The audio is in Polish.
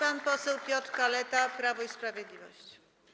Pan poseł Piotr Kaleta, Prawo i Sprawiedliwość.